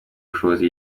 ubushobozi